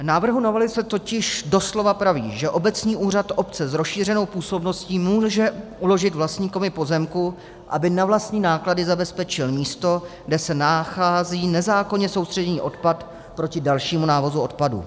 V návrhu novely se totiž doslova praví, že obecní úřad obce s rozšířenou působností může uložit vlastníkovi pozemku, aby na vlastní náklady zabezpečil místo, kde se nachází nezákonně soustředěný odpad, proti dalšímu návozu odpadu.